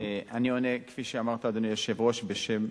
אני עונה, כפי שאמרת, אדוני היושב-ראש, בשם